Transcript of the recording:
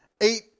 eight